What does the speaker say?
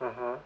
(uh huh)